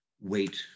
wait